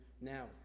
Now